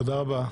תודה רבה.